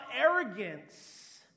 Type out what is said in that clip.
arrogance